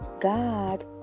God